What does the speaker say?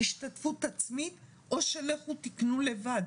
השתתפות עצמית או שלכו תקנו לבד.